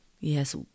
Yes